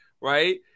right